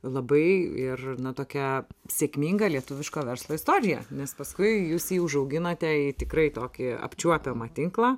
labai ir na tokia sėkminga lietuviško verslo istorija nes paskui jūs jį užauginote į tikrai tokį apčiuopiamą tinklą